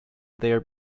there